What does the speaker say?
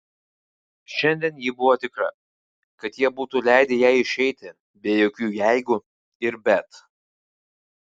šiandien ji buvo tikra kad jie būtų leidę jai išeiti be jokių jeigu ir bet